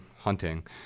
Hunting